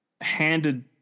handed